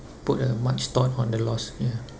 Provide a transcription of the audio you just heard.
put uh much thought on the loss ya